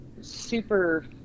super